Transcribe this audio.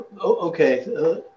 Okay